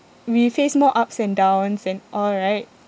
we face more ups and downs and all right